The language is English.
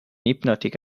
hypnotic